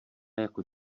jako